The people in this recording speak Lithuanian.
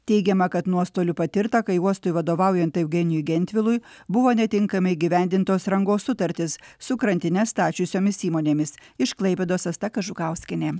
teigiama kad nuostolių patirta kai uostui vadovaujant eugenijui gentvilui buvo netinkamai įgyvendintos rangos sutartys su krantinę stačiusiomis įmonėmis iš klaipėdos asta kažukauskienė